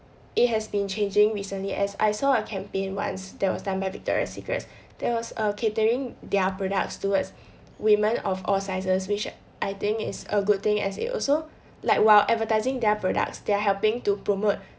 it has been changing recently as I saw a campaign once that was done by victoria secrets that was catering their products towards women of all sizes which I think is a good thing as it also like while advertising their products they are helping to promote